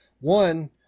One